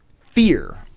fear